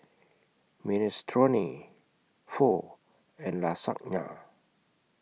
Minestrone Pho and Lasagna